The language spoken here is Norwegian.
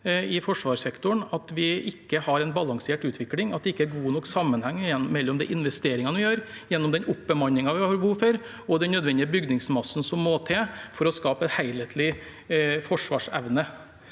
i forsvarssektoren, at vi ikke har en balansert utvikling, at det ikke er god nok sammenheng mellom de investeringene vi gjør, den oppbemanningen vi har behov for, og den nødvendige bygningsmassen som må til for å skape en helhetlig forsvarsevne.